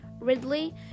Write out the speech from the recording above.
Ridley